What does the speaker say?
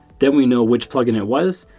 then we know which plugin it was.